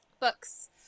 Books